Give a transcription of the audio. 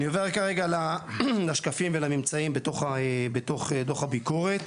אני עובר כרגע על השקפים ועל הממצאים בתוך דוח הביקורת.